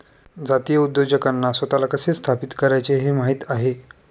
जातीय उद्योजकांना स्वतःला कसे स्थापित करायचे हे माहित आहे